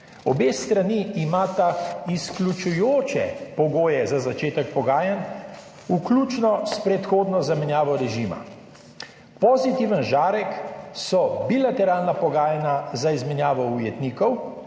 Obe strani imata izključujoče pogoje za začetek pogajanj, vključno s predhodno zamenjavo režima. Pozitiven žarek so bilateralna pogajanja za izmenjavo ujetnikov,